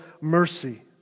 mercy